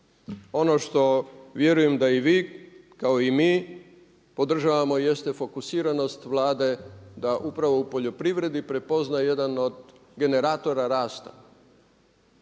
Ono što vjerujem da i vi kao i mi podržavamo jeste fokusiranost Vlade da upravo u poljoprivredi prepozna jedan od generatora rasta.